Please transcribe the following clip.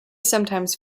sometimes